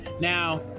now